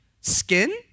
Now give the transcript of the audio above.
skin